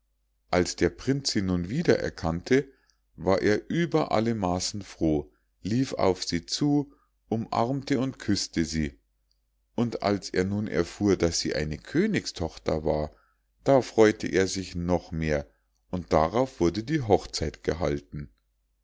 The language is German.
als der prinz sie nun wieder erkannte war er über alle maßen froh lief auf sie zu umarmte und küßte sie und als er nun erfuhr daß sie eine königstochter war da freu'te er sich noch mehr und darauf wurde die hochzeit gehalten